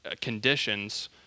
conditions